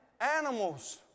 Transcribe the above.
animals